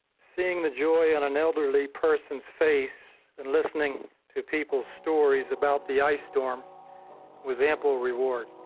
seeing the joy in an elderly person's face and listening to people's stories about the ice storm was ample reward.